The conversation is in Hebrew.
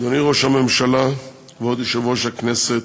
אדוני ראש הממשלה, כבוד יושב-ראש הכנסת,